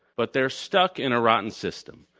but they're stuck in a rotten system.